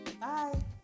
Bye